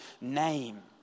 name